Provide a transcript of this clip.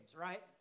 right